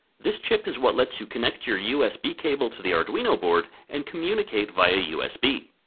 this chip is what lets you connect your usb cable to the arduino board, and communicate via usb.